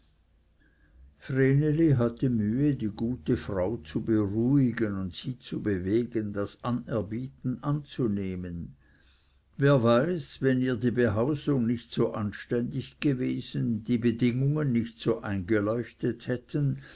vreneli hatte mühe die gute frau zu beruhigen und sie zu bewegen das anerbieten anzunehmen wer weiß wenn ihr die behausung nicht so anständig gewesen die bedingungen nicht so eingeleuchtet hätten